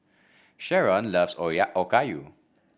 Sherron loves Okayu